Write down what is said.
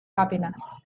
happiness